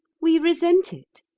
we resent it.